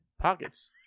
pockets